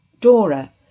Dora